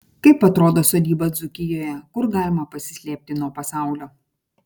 kaip atrodo sodyba dzūkijoje kur galima pasislėpti nuo pasaulio